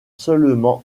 seulement